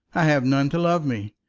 i have none to love me.